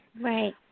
Right